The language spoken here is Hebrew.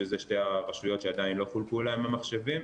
שזה שתי הרשויות שעדיין לא חולקו להם המחשבים.